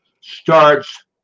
starts